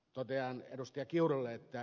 totean ed